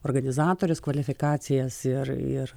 organizatorius kvalifikacijas ir ir